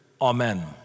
Amen